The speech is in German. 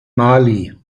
mali